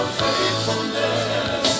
faithfulness